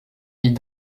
vit